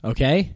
Okay